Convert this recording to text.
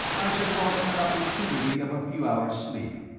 i should welcome an opportunity of a few hours' sleep.